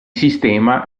sistema